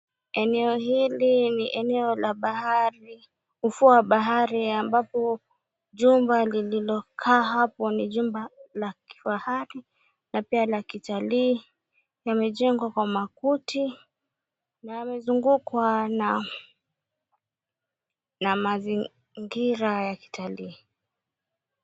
Eneo hili ni eneo la bahari, ufuo wa bahari ambapo, jumba lililokaa hapo ni jumba la kifahari na pia la kitalii. Yamejengwa kwa makuti na yamezungukwa na mazingira ya kitalii.